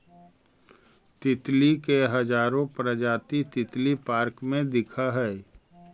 तितली के हजारो प्रजाति तितली पार्क में दिखऽ हइ